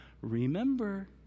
remember